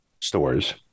stores